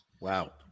Wow